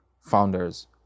founders